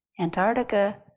Antarctica